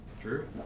True